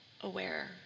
aware